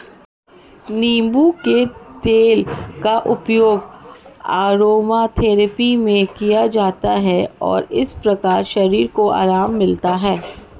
नींबू के तेल का उपयोग अरोमाथेरेपी में किया जाता है और इस प्रकार शरीर को आराम मिलता है